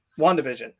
WandaVision